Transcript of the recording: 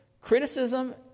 criticism